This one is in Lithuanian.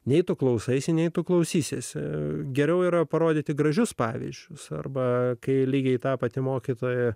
nei tu klausaisi nei tu klausysiesi geriau yra parodyti gražius pavyzdžius arba kai lygiai ta pati mokytoja